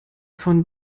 von